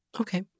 Okay